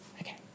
Okay